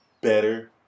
better